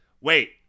Wait